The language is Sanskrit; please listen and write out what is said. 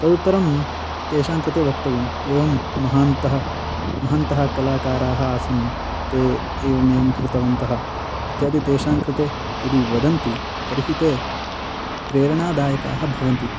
तदुत्तरं तेषां कृते वक्तव्यम् एवं महान्तः महान्तः कलाकाराः आसन् ते एवम् एवं कृतवन्तः यदि तेषां कृते यदि वदन्ति तर्हि ते प्रेरणादायकाः भवन्ति